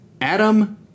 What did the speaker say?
Adam